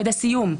מועד הסיום.